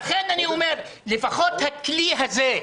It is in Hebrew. לכן אני אומר, לפחות הכלי הזה,